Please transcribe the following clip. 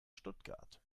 stuttgart